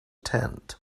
tent